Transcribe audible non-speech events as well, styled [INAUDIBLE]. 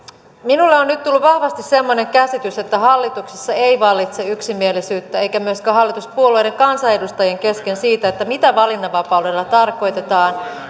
minulle on nyt tullut vahvasti semmoinen käsitys että hallituksessa ei vallitse yksimielisyyttä eikä myöskään hallituspuolueiden kansanedustajien kesken siitä mitä valinnanvapaudella tarkoitetaan [UNINTELLIGIBLE]